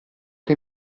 che